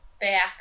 back